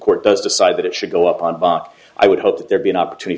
court does decide that it should go up on bach i would hope that there be an opportunity